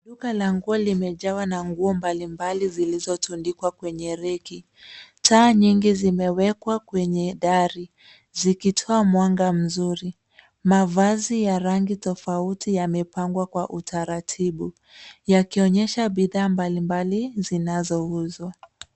Duka la nguo limejawa na nguo mbalimbali zilizotundikwa kwenye reki. Taa nyingi zimewekwa kwenye dari zikitoa mwanga mzuri. Mavazi ya rangi tofauti yamepangwa kwa utaratibu yakionyesha bidhaa mbalimbali zinazouzwa.